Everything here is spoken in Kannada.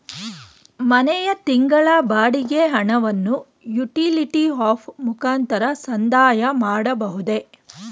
ಮನೆಯ ತಿಂಗಳ ಬಾಡಿಗೆ ಹಣವನ್ನು ಯುಟಿಲಿಟಿ ಆಪ್ ಮುಖಾಂತರ ಸಂದಾಯ ಮಾಡಬಹುದೇ?